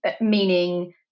meaning